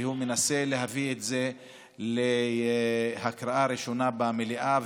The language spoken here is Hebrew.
והוא מנסה להביא את זה לקריאה הראשונה במליאה,